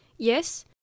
Yes